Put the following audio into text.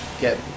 Get